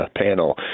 panel